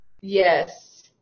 yes